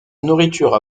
nourriture